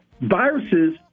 Viruses